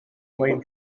mwyn